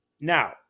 Now